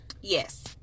Yes